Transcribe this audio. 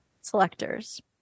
selectors